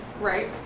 Right